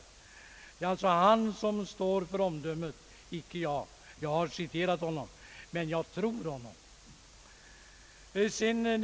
Det är alltså han som står för det omdömet, inte jag. Jag har citerat honom, men jag tror honom.